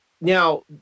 Now